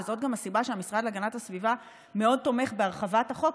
וזאת גם הסיבה שהמשרד להגנת הסביבה מאוד תומך בהרחבת החוק,